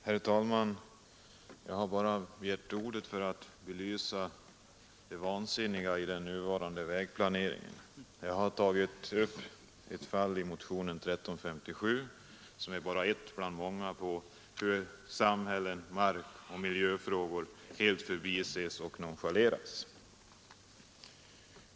Herr talman! Jag har bara begärt ordet för att belysa det vansinniga i den nuvarande vägplaneringen. Jag har i motionen 1357 tagit upp ett fall, som bara är ett bland de många samhälls-, markoch miljöfrågor, som helt förbises och nonchaleras.